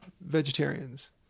vegetarians